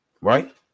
right